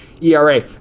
ERA